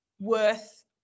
worth